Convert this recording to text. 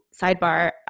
Sidebar